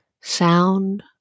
sound